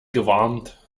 gewarnt